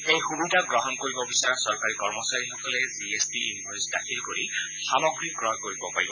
এই সুবিধা গ্ৰহণ কৰিব বিচৰা চৰকাৰী কৰ্মচাৰীসকলে জি এছ টি ইনভইচ দাখিল কৰি সামগ্ৰী ক্ৰয় কৰিব পাৰিব